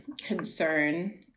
concern